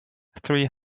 three